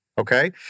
Okay